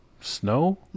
Snow